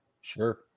Sure